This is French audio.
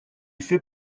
fait